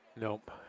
Nope